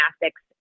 gymnastics